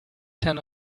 ten